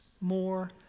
more